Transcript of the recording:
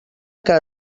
que